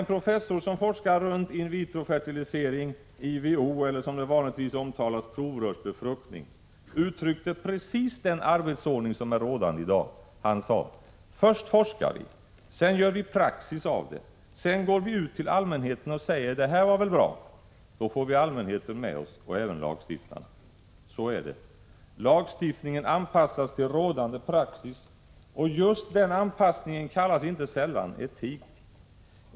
En professor som forskar runt in vitro-fertilisering eller 59 som det vanligtvis omtalas, provrörsbefruktning, uttryckte precis den arbetsordning som är rådande i dag. Han sade: Först forskar vi, sedan gör vi praxis av det. Sedan går vi ut till allmänheten och säger det här var väl bra. Då får vi allmänheten med oss och även lagstiftarna. Så är det. Lagstiftningen anpassas till rådande praxis, och just den anpassningen kallas inte sällan etik.